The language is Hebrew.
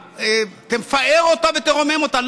תפאר אותה ותרומם אותה.